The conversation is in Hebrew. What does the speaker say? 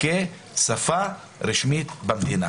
כשפה רשמית במדינה.